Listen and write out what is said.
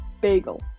bagel